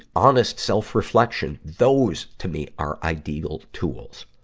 honest self-reflection, those, to me, are ideal tools.